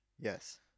Yes